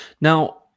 Now